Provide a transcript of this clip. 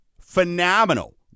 phenomenal